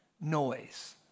noise